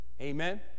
Amen